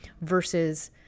versus